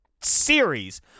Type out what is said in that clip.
series